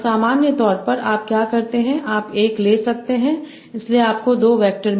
और सामान्य तौर पर आप क्या करते हैं आप एक ले सकते हैं इसलिए आपको 2 वैक्टर मिल रहे हैं W 1 से W 2